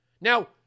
Now